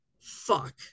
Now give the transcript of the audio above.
Fuck